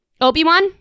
Obi-Wan